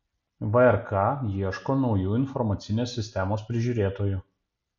vrk ieško naujų informacinės sistemos prižiūrėtojų